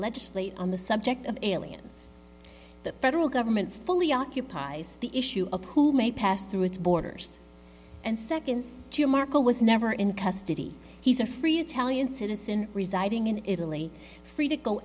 legislate on the subject of aliens the federal government fully occupies the issue of who may pass through its borders and second to marco was never in custody he's a free italian citizen residing in italy free to go